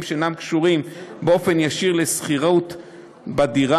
שאינם קשורים באופן ישיר לשכירות בדירה,